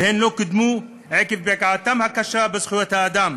והן לא קודמו עקב פגיעתן הקשה בזכויות האדם,